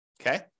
okay